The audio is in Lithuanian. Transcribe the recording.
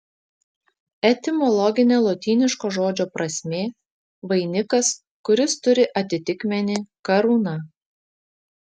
etimologinė lotyniško žodžio prasmė vainikas kuris turi atitikmenį karūna